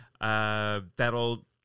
that'll